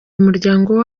umuryango